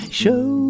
show